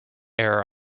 error